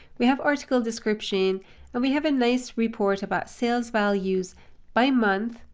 we have article description, and we have a nice report about sales values by month,